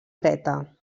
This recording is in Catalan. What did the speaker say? dreta